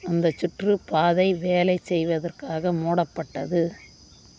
அந்த சுற்றுப்பாதை வேலை செய்வதற்காக மூடப்பட்டது